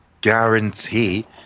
guarantee